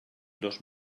dos